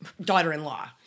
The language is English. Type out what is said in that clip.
daughter-in-law